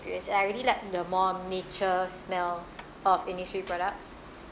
experience and I really like the more nature smell of Innisfree products